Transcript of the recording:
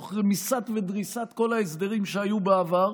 תוך רמיסת ודריסת כל ההסדרים שהיו בעבר.